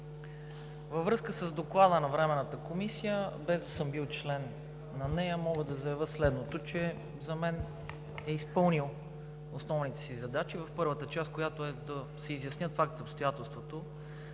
Във връзка с Доклада на Временната комисия, без да съм бил член на нея, мога да заявя следното. За мен Докладът е изпълнил основните си задачи в първата част, която е да се изяснят фактите и обстоятелствата